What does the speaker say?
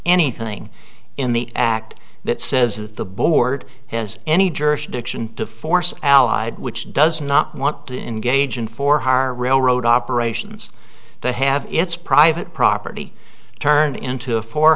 anything in the act that says that the board has any jurisdiction to force allied which does not want to engage in for railroad operations to have its private property turned into a fo